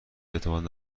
اعتماد